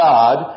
God